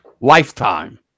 lifetime